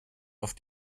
auf